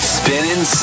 spinning